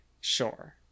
sure